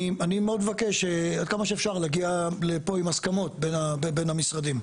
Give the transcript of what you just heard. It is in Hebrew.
אני מאוד מבקש עד כמה שאפשר להגיע לפה עם הסכמות בין המשרדים.